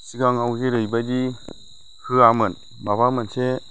सिगाङाव जेरैबायदि होआमोन माबा मोनसे